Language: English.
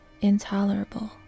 intolerable